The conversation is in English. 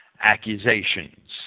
accusations